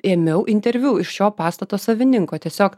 ėmiau interviu iš šio pastato savininko tiesiog